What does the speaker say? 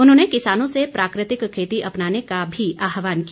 उन्होंने किसानों से प्राकृतिक खेती अपनाने का भी आहवान किया